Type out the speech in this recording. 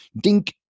dink